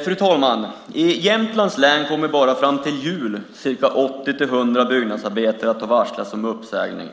Fru talman! I Jämtlands län kommer bara fram till jul 80-100 byggnadsarbetare att ha varslats om uppsägning.